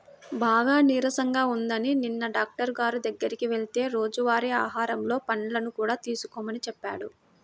బాగా నీరసంగా ఉందని నిన్న డాక్టరు గారి దగ్గరికి వెళ్తే రోజువారీ ఆహారంలో పండ్లను కూడా తీసుకోమని చెప్పాడు